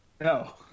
No